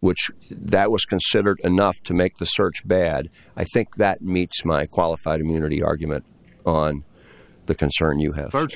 which that was considered enough to make the search bad i think that meets my qualified immunity argument on the concern you have